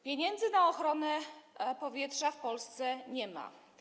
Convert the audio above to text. Pieniędzy na ochronę powietrza w Polsce nie ma.